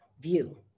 view